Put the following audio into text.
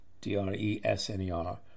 D-R-E-S-N-E-R